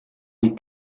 les